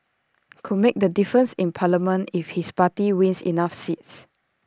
could make the difference in parliament if his party wins enough seats